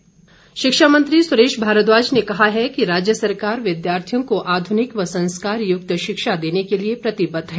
भारद्वाज शिक्षा मंत्री सुरेश भारद्वाज ने कहा है कि राज्य सरकार विद्यार्थियों को आधुनिक व संस्कारयुक्त शिक्षा देने के लिए प्रतिबद्ध है